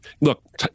look